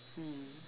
mm